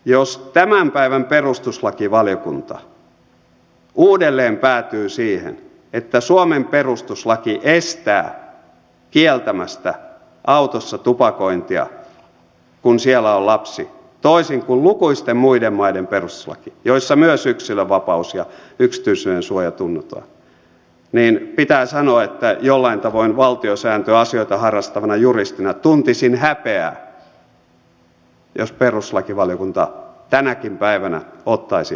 jos tämän päivän perustuslakivaliokunta uudelleen päätyy siihen että suomen perustuslaki estää kieltämästä autossa tupakointia kun siellä on lapsi toisin kuin lukuisten muiden maiden perustuslaki joissa myös yksilönvapaus ja yksityisyydensuoja tunnetaan niin pitää sanoa että jollain tavoin valtiosääntöasioita harrastavana juristina tuntisin häpeää jos perustuslakivaliokunta tänäkin päivänä ottaisi tuollaisen kannan